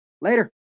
Later